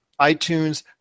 iTunes